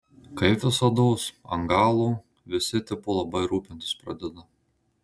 kaip visados ant galo visi tipo labai rūpintis pradeda